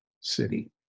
city